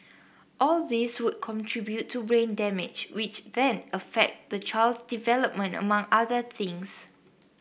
all these would contribute to brain damage which then affect the child's development among other things